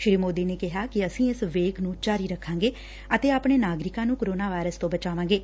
ਸ੍ਰੀ ਮੋਦੀ ਨੇ ਕਿਹਾ ਕਿ ਅਸੀ ਇਸ ਵੇਗ ਨੂੰ ਜਾਰੀ ਰੱਖਾਗੇ ਅਤੇ ਆਪਣੇ ਨਾਗਰਿਕਾਂ ਨੂੰ ਕੋਰੋਨਾ ਵਾਇਰਸ ਤੋਂ ਬਚਾਵਾਂਗੇ